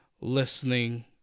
listening